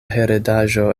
heredaĵo